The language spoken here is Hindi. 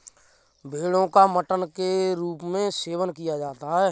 भेड़ो का मटन के रूप में सेवन किया जाता है